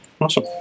Awesome